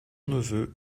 neveu